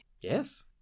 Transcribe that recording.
yes